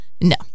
No